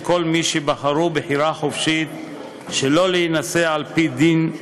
כל מי "שבחרו בחירה חופשית שלא להינשא על-פי דין דתי,